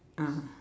ah